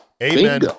Amen